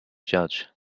judge